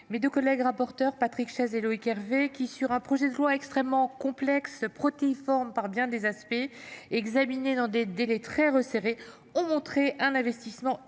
mes deux collègues rapporteurs, Patrick Chaize et Loïc Hervé, qui, sur un projet de loi extrêmement complexe, protéiforme, et examiné dans des délais très resserrés, ont fait montre d’un investissement exceptionnel.